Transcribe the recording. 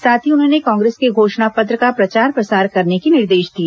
साथ ही उन्होंने कांग्रेस के घोषणा पत्र का प्रचार प्रसार करने के निर्देश दिए